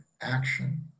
action